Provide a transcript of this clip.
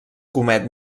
comet